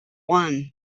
one